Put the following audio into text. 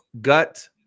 gut